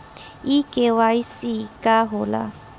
इ के.वाइ.सी का हो ला?